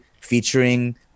featuring